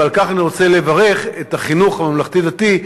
ועל כך אני רוצה לברך את החינוך הממלכתי-דתי,